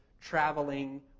traveling